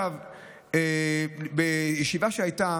בישיבה שהייתה